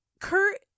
Kurt